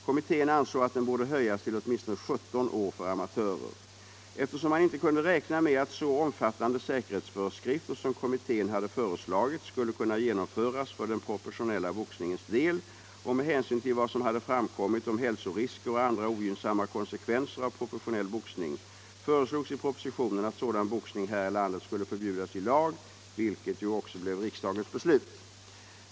Kommittén ansåg att den borde höjas till åtminstone 17 år för amatörer. Eftersom man inte kunde räkna med att så omfattande säkerhetsföreskrifter som kommittén hade föreslagit skulle kunna genomföras för den professionella boxningens del och med hänsyn till vad som hade framkommit om hälsorisker och andra ogynnsamma konsekvenser av professionell boxning föreslogs i propositionen att sådan boxning här i landet skulle förbjudas i lag, vilket ju också blev riksdagens beslut.